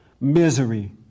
misery